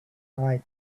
eye